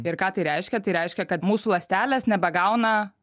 ir ką tai reiškia tai reiškia kad mūsų ląstelės nebegauna